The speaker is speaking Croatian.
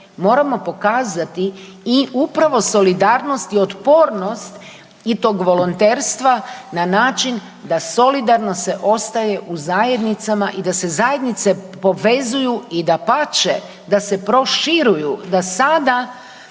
Moramo pokazati i upravo solidarnost i otpornost i tog volonterstva na način da solidarno se ostaje u zajednicama i da se zajednice povezuju i dapače, da se proširuju, da sada